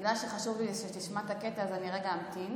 חשוב לי שתשמע את הקטע, אז אני רגע אמתין,